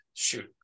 Shoot